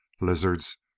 Lizards